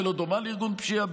ולא דומה לארגון פשיעה,